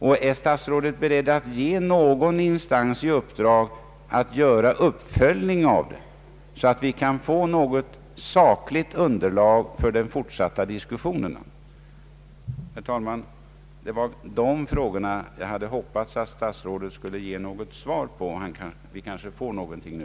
Och är statsrådet beredd att ge någon instans i uppdrag att göra uppföljningen, så att vi kan få ett sakligt underlag för den fortsatta diskussionen? Herr talman! Det var dessa frågor jag hoppats statsrådet skulle ge något svar på. Vi kanske kan få svaret nu.